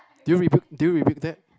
do you rebuke do you rebuke that